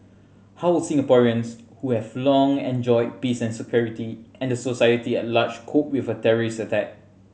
how will Singaporeans who have long enjoyed peace and security and the society at large cope with a terrorist attack